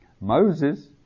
Moses